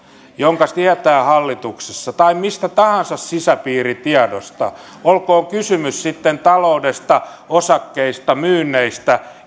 jonka tietää hallituksessa tai mitä tahansa sisäpiiritietoa olkoon kysymys sitten taloudesta osakkeista myynneistä